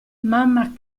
mamma